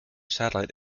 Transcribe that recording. satellite